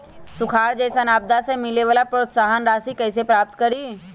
सुखार जैसन आपदा से मिले वाला प्रोत्साहन राशि कईसे प्राप्त करी?